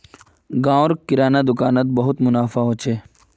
गांव र किराना दुकान नोत बहुत मुनाफा हो छे